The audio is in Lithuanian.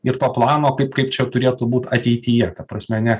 ir to plano kaip kaip čia turėtų būt ateityje ta prasme ne